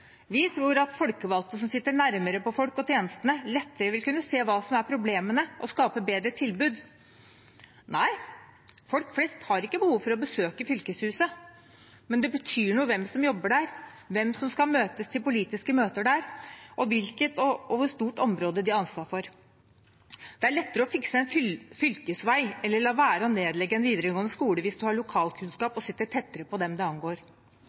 Vi tror at folkevalgte som sitter nærmere folk og tjenestene, lettere vil kunne se hva som er problemene og skape bedre tilbud. Nei, folk flest har ikke behov for å besøke fylkeshuset, men det betyr noe hvem som jobber der, hvem som skal møtes til politiske møter der, og hvilket og hvor stort område de har ansvar for. Det er lettere å fikse en fylkesvei eller la være å nedlegge en videregående skole hvis man har lokalkunnskap og sitter tettere på dem det angår.